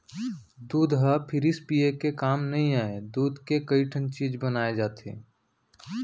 दूद हर सिरिफ पिये के काम नइ आय, दूद के कइ ठन चीज बनाए जाथे